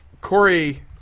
Corey